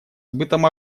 сбытом